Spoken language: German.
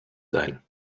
sein